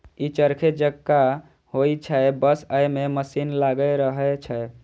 ई चरखे जकां होइ छै, बस अय मे मशीन लागल रहै छै